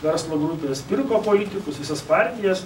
verslo grupės pirko politikus visas partijas